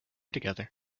together